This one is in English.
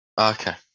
Okay